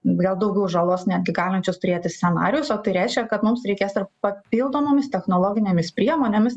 gal daugiau žalos netgi galinčius turėti scenarijus o tai reiškia kad mums reikės ir papildomomis technologinėmis priemonėmis